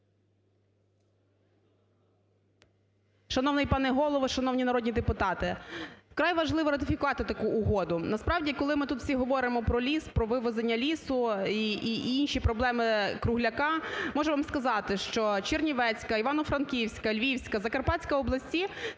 Шановний пане Голово, шановні народні депутати! Вкрай важливо ратифікувати таку угоду. Насправді, коли ми тут всі говоримо про ліс, про вивезення лісу і інші проблеми кругляка, можу вам сказати, що Чернівецька, Івано-Франківська, Львівська, Закарпатська області -